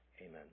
amen